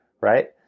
right